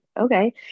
okay